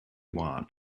want